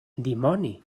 dimoni